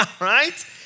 right